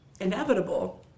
inevitable